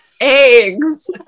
eggs